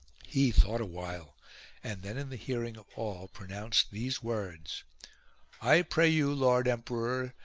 he thought awhile and then in the hearing of all pronounced these words i pray you, lord emperor,